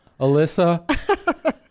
Alyssa